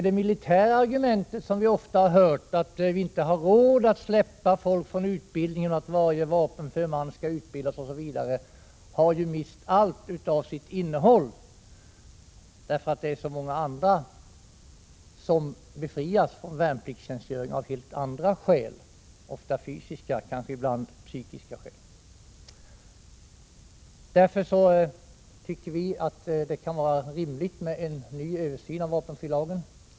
Det militära argumentet, som vi ofta hört, att vi inte har råd att släppa folk från utbildningen och att varje vapenför man skall utbildas osv., har ju mist allt sitt innehåll, eftersom det är så många som befrias från värnpliktstjänstgöring av helt andra skäl, ofta fysiska och ibland psykiska. Därför tycker vi att det kan vara rimligt med en ny översyn av vapenfrilagen.